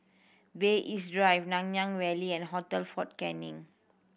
Bay East Drive Nanyang Valley and Hotel Fort Canning